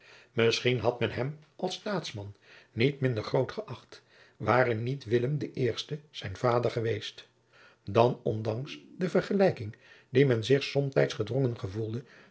misschien had men hem als staatsman niet minder groot geächt ware niet willem de eerste zijn vader geweest dan ondanks de vergelijking die men zich somtijds gedrongen gevoelde